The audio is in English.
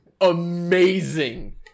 amazing